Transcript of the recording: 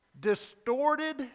distorted